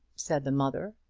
said the mother.